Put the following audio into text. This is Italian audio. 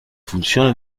funzioni